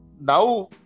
now